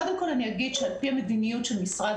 קודם כול אגיד שעל פי המדיניות של משרד